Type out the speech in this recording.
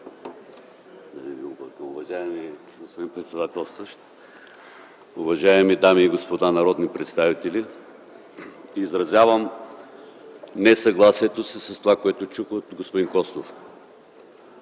Уважаеми господин председателстващ, уважаеми дами и господа народни представители! Изразявам несъгласието си с това, което чух от господин Костов,